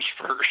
first